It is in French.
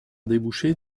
déboucher